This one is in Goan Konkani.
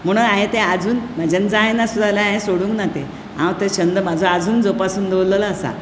म्हणून हांवें तें आजून म्हज्यान जायना सुद्दां जाल्यार सुद्दां सोडूंक ना तें हांव तो छंद म्हजो अजुनूय जपोसून दवरिल्ललो आसा